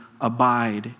abide